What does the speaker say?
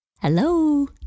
Hello